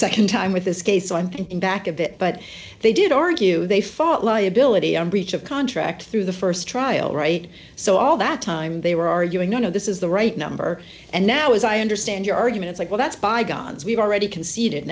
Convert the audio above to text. our nd time with this case so i'm thinking back a bit but they did argue they fought liability on breach of contract through the st trial right so all that time they were arguing no no this is the right number and now as i understand your argument is like well that's bygones we've already conceded